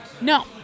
No